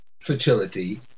fertility